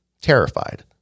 terrified